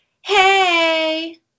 hey